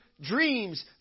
dreams